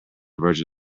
virgin